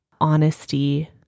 honesty